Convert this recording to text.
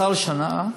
הסל השנה,